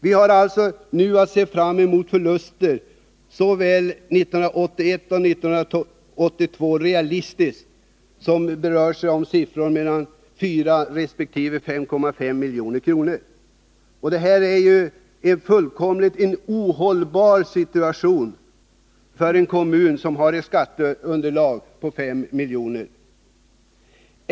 Vi har nu att se fram mot förluster såväl 1981 som 1982 som realistiskt räknat rör sig om 4 resp. 5,5 milj.kr. Detta är ju en fullkomligt ohållbar situation för en kommun som har ett skatteunderlag på ca 5 milj.kr.